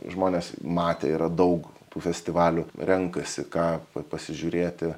žmonės matę yra daug festivalių renkasi ką pasižiūrėti